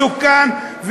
מסוכן,